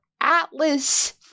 atlas-